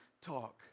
talk